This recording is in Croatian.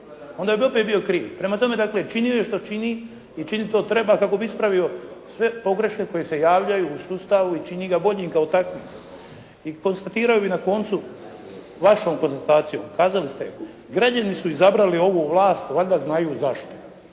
onda bi opet bio kriv. Prema tome, dakle činio je što čini i čini to kako treba kako bi ispravio sve pogreške koje se javljaju u sustavu i čini ga boljim kao takvim. I konstatirao bih na koncu vašu konstataciju, kazali ste građani su izabrali ovu vlas, a valjda znaju zašto.